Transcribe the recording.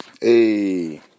Hey